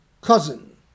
cousin